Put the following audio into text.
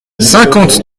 cinquante